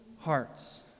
hearts